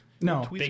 no